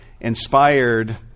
inspired